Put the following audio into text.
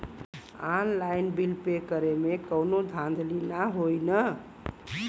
Online bill pay करे में कौनो धांधली ना होई ना?